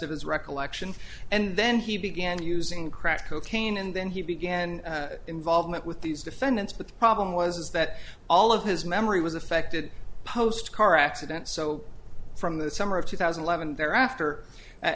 of his recollection and then he began using crack cocaine and then he began involvement with these defendants but the problem was that all of his memory was affected post car accident so from the summer of two thousand and seven thereafter